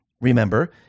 remember